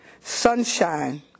sunshine